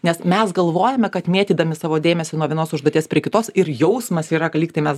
nes mes galvojame kad mėtydami savo dėmesį nuo vienos užduoties prie kitos ir jausmas yra kad lygtai mes